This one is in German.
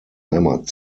heimat